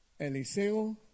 Eliseo